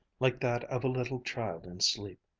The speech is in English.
like that of a little child in sleep.